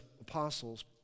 apostles